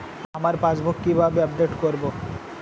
আমার পাসবুক কিভাবে আপডেট করবো?